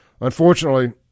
Unfortunately